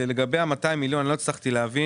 לגבי 200 מיליון שקל לא הצלחתי להבין.